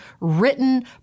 written